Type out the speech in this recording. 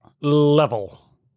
level